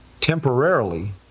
temporarily